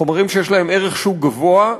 חומרים שיש להם ערך שוק גבוה,